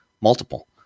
Multiple